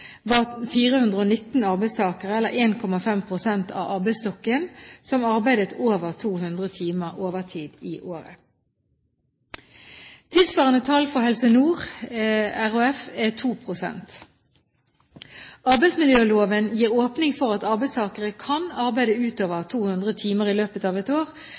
var 419 arbeidstakere, eller 1,5 pst. av arbeidsstokken, som arbeidet over 200 timer overtid i året. Tilsvarende tall for Helse Nord RHF er 2 pst. Arbeidsmiljøloven gir åpning for at arbeidstakere kan arbeide utover 200 timer i løpet av et år